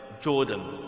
Jordan